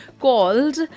called